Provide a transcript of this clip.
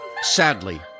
Sadly